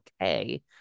okay